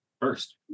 first